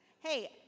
Hey